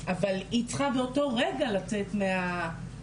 אבל היא צריכה באותו רגע לצאת מהבית,